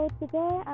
today